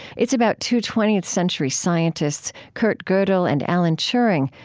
it's about two twentieth century scientists, kurt godel and alan turing,